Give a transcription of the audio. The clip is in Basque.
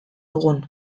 dugun